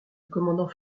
commandant